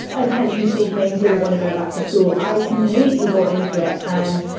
attention seeking, didn't want to go back to school. i completely bought into it. and,